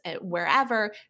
wherever